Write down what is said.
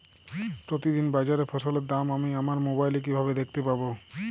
প্রতিদিন বাজারে ফসলের দাম আমি আমার মোবাইলে কিভাবে দেখতে পাব?